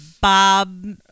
Bob